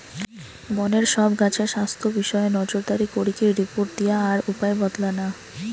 বনের সব গাছের স্বাস্থ্য বিষয়ে নজরদারি করিকি রিপোর্ট দিয়া আর উপায় বাৎলানা